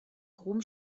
groben